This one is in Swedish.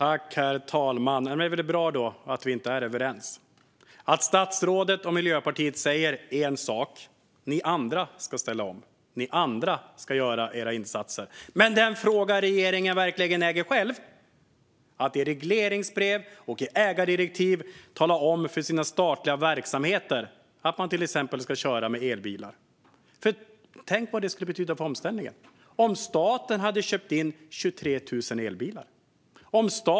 Herr talman! Det är väl bra då att vi inte är överens. Statsrådet och Miljöpartiet säger en sak, nämligen att andra ska ställa om och göra insatser, men det gäller inte den fråga som regeringen verkligen äger själv, alltså att i regleringsbrev och i ägardirektiv tala om för sina statliga verksamheter att man till exempel ska köra med elbilar. Tänk vad det skulle betyda för omställningen om staten hade köpt in 23 000 elbilar!